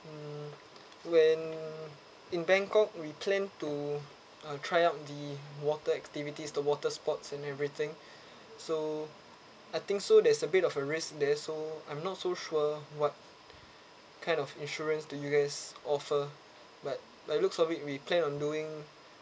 hmm when in bangkok we plan to uh try out the water activities the water sports and everything so I think so there's a bit of a risk there so I'm not so sure what kind of insurance do you guys offer but by looks of it we plan on doing